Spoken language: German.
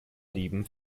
lieben